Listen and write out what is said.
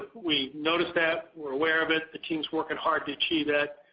we notice that. we're aware of it. the team's working hard to achieve that.